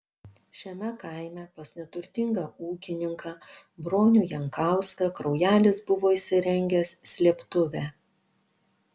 šiame kaime pas neturtingą ūkininką bronių jankauską kraujelis buvo įsirengęs slėptuvę